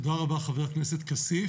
תודה רבה חבר הכנסת כסיף.